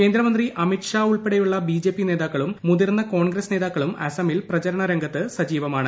കേന്ദ്രമന്ത്രി അമിത് ഷ്ട് ഉൾപ്പെടെയുള്ള ബിജെപി നേതാ ക്കളും മുതിർന്ന കോൺഗ്രസ് ന്തോക്കളും അസമിൽ പ്രചാരണ രംഗത്ത് സജീവമാണ്